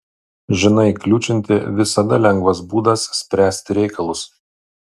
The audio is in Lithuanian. žinai kliūčinti visada lengvas būdas spręsti reikalus